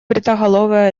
бритоголовый